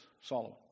Solomon